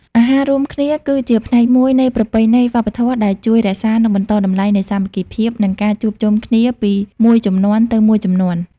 អាហាររួមគ្នាគឺជាផ្នែកមួយនៃប្រពៃណីវប្បធម៌ ដែលជួយរក្សា និងបន្តតម្លៃនៃសាមគ្គីភាព និងការជួបជុំគ្នាពីមួយជំនាន់ទៅមួយជំនាន់។